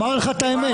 הוא אמר לך את האמת.